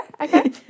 okay